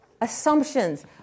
Assumptions